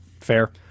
Fair